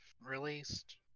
released